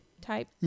type